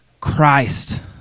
Christ